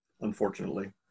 unfortunately